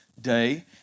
day